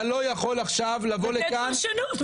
אתה לא יכול עכשיו לבוא לכאן -- לתת פרשנות.